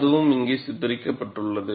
அதுவும் இங்கே சித்தரிக்கப்பட்டுள்ளது